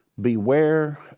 Beware